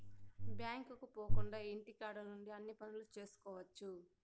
బ్యాంకుకు పోకుండా ఇంటికాడ నుండి అన్ని పనులు చేసుకోవచ్చు